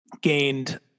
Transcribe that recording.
gained